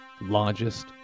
largest